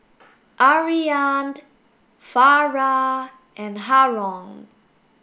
Aryan the Farah and Haron